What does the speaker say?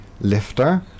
lifter